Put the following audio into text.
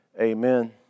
Amen